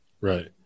Right